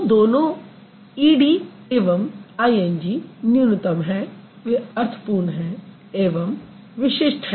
तो दोनों E D एवं आईएनजी न्यूनतम हैं वे अर्थपूर्ण हैं एवम विशिष्ट हैं